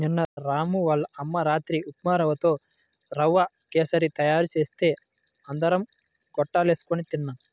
నిన్న రాము వాళ్ళ అమ్మ రాత్రి ఉప్మారవ్వతో రవ్వ కేశరి తయారు చేస్తే అందరం లొట్టలేస్కొని తిన్నాం